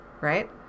Right